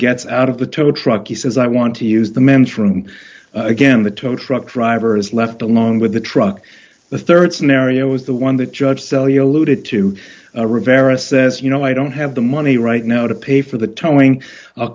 gets out of the tow truck he says i want to use the men's room again the tow truck driver is left along with the truck the rd scenario is the one that judge cell yolu did to rivera says you know i don't have the money right now to pay for the